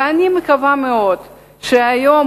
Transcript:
ואני מקווה מאוד שהיום,